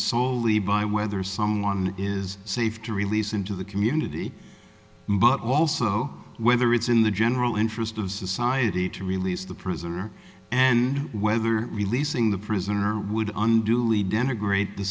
solely by whether someone is safe to release into the community but also whether it's in the general interest of society to release the prisoner and whether releasing the prisoner would unduly denigrate the